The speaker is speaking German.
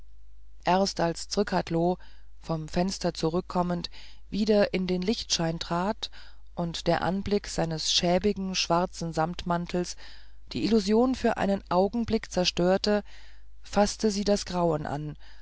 erst als zrcadlo vom fenster zurückkommend wieder in den lichtschein trat und der anblick seines schäbigen schwarzen samtmantels die illusion für einen augenblick zerstörte faßte sie das grauen an